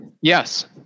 Yes